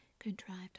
contrived